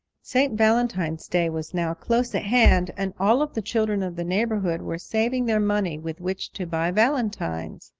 st. valentine's day was now close at hand, and all of the children of the neighborhood were saving their money with which to buy valentines.